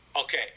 Okay